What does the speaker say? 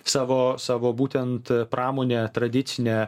savo savo būtent pramone tradicine